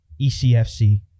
ECFC